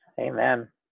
Amen